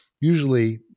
usually